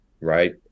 right